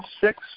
six